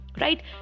right